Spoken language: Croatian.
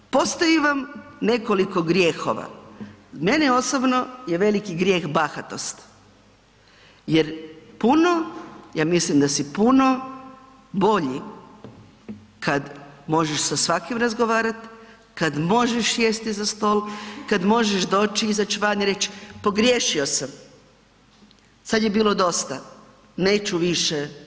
Postoji vam nekoliko grijehova, meni osobno je veliki grijeh bahatost jer puno, ja mislim da si puno bolji kada možeš sa svakim razgovarat, kad možeš sjesti za stol, kad možeš doći i izać van i reć pogriješio sam, sada je bilo dosta, neću više.